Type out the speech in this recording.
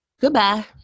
goodbye